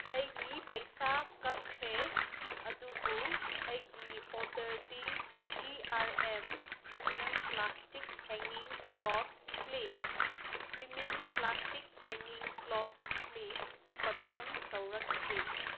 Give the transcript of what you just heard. ꯑꯩꯒꯤ ꯄꯩꯁꯥ ꯀꯛꯈ꯭ꯔꯦ ꯑꯗꯨꯕꯨ ꯑꯩꯒꯤ ꯑꯣꯔꯗꯔꯗꯤ T R M premium plastic hanging cloth clips premium plastic hanging cloth clips confirm ꯇꯧꯔꯛꯇ꯭ꯔꯤ